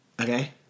Okay